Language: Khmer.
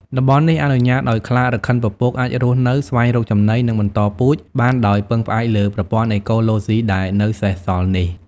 តំបន់នេះអនុញ្ញាតឲ្យខ្លារខិនពពកអាចរស់នៅ ស្វែងរកចំណី និងបន្តពូជបានដោយពឹងផ្អែកលើប្រព័ន្ធអេកូឡូស៊ីដែលនៅសេសសល់នេះ។